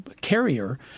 carrier